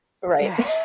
Right